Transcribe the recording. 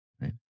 Right